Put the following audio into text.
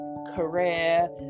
career